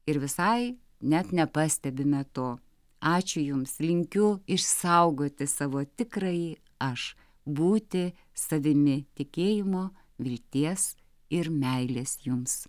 ir visai net nepastebime to ačiū jums linkiu išsaugoti savo tikrąjį aš būti savimi tikėjimo vilties ir meilės jums